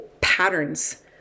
patterns